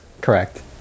Correct